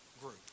group